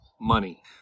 money